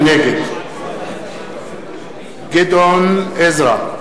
נגד גדעון עזרא,